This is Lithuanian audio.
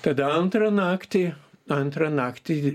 tada antrą naktį antrą naktį